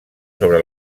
sobre